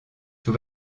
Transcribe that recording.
tout